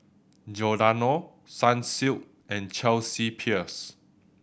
Giordano Sunsilk and Chelsea Peers